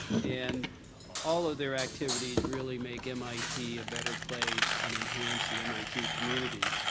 and all of their activities really make mit a better place and enhance the mit community.